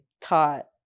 taught